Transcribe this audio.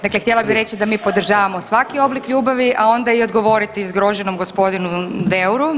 Dakle, htjela bih reći da mi podržavamo svaki oblik ljubavi, a onda i odgovoriti zgroženom gospodinu Deuru.